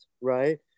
right